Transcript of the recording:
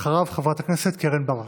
אחריו, חברת הכנסת קרן ברק.